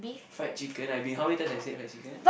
fried chicken I mean how many times I said fried chicken